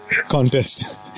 contest